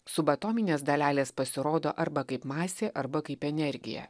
subatominės dalelės pasirodo arba kaip masė arba kaip energija